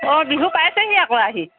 অঁ বিহু পাইছেহি আকৌ আহি